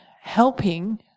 helping